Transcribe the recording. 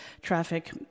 traffic